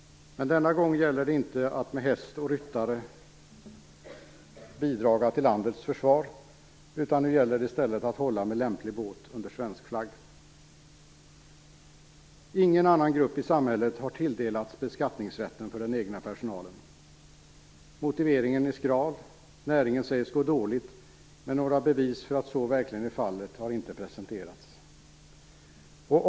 Men denna gång gäller det inte att hålla med häst och ryttare bidra till landets försvar, utan nu gäller det att i stället hålla med lämplig båt under svensk flagg. Ingen annan grupp i samhället har tilldelats beskattningsrätt för den egna personalen. Motiveringen är skral. Näringen sägs gå dåligt, men några bevis för att så verkligen är fallet har inte presenterats.